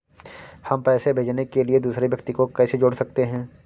हम पैसे भेजने के लिए दूसरे व्यक्ति को कैसे जोड़ सकते हैं?